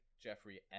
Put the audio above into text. Jeffrey